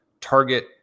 target